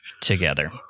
together